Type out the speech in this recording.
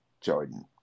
Jordan